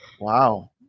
wow